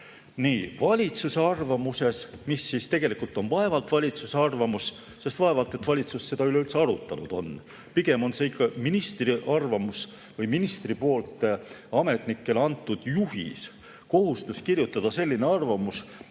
Valitsuse arvamuses, mis vaevalt on valitsuse arvamus, sest vaevalt et valitsus seda üleüldse arutanud on, pigem on see ikka ministri arvamus või ministri poolt ametnikele antud juhis, kohustus kirjutada selline arvamus,